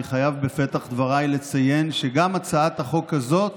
אני חייב בפתח דבריי לציין שגם הצעת החוק הזאת